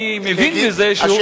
אני מבין מזה שהוא תומך בהן,